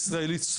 הישראלית,